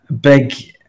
big